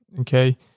okay